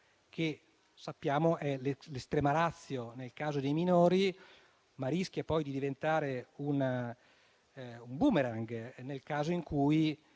che sappiamo essere l'estrema *ratio* nel caso dei minori, ma rischia poi di diventare un *boomerang* nel caso in cui